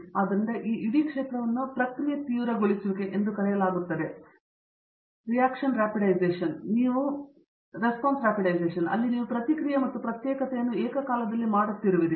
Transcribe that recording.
ದೇಶಪಾಂಡೆ ಆದ್ದರಿಂದ ಈ ಇಡೀ ಕ್ಷೇತ್ರವನ್ನು ಪ್ರಕ್ರಿಯೆ ತೀವ್ರಗೊಳಿಸುವಿಕೆ ಎಂದು ಕರೆಯಲಾಗುತ್ತದೆ ಅಲ್ಲಿ ನೀವು ಪ್ರತಿಕ್ರಿಯೆ ಮತ್ತು ಪ್ರತ್ಯೇಕತೆಯನ್ನು ಏಕಕಾಲದಲ್ಲಿ ಮಾಡುತ್ತಿರುವಿರಿ